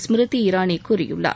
ஸ்மிருதி இரானி கூறியுள்ளார்